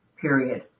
Period